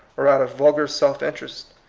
or out of vulgar self-interest,